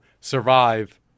survive